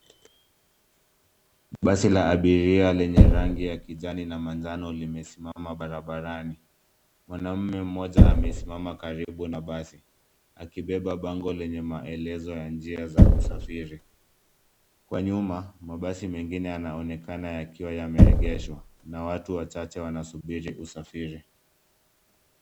Basi la abiria lenye rangi ya kijani na manjano limesimama barabarani. Mwanamume mmoja amesimama karibu na basi. Akibeba bango lenye maelezo ya njia za usafiri. Kwa nyuma, mabasi mengine yanaonekana yakiwa yameegeshwa, na watu wachache wanasubiri usafiri.